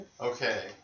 Okay